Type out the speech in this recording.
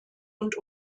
und